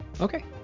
Okay